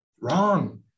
Wrong